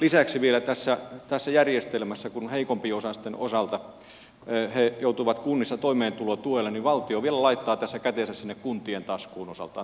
lisäksi tässä järjestelmässä kun heikompiosaiset joutuvat kunnissa toimeentulotuelle valtio vielä laittaa kätensä sinne kuntien taskuun osaltaan loppupeleissä